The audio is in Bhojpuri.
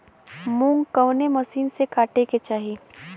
मूंग कवने मसीन से कांटेके चाही?